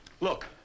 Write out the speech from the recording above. Look